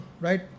right